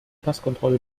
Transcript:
passkontrolle